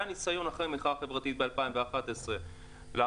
היה ניסיון אחרי המחאה החברתית ב-2011 לעשות